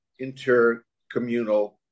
intercommunal